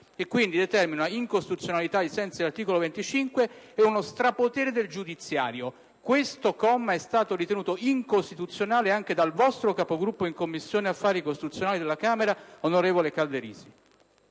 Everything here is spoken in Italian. e, quindi, determina un'incostituzionalità ai sensi dell'articolo 25 e uno strapotere degli organi giudiziari. Questo comma è stato ritenuto incostituzionale anche dal vostro Capogruppo in Commissione affari costituzionali della Camera, onorevole Calderisi.